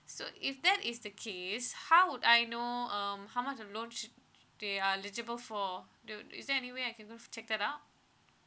so if that is the case how would I know um how much of loan they are eligible for do is there any way I can go and check that out